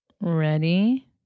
Ready